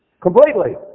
Completely